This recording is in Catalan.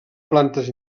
plantes